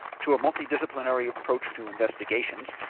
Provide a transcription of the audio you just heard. to a multidisciplinary approach to investigations,